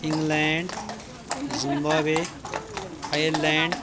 England Zimbabwe Ireland